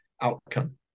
outcome